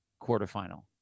quarterfinal